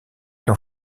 d’en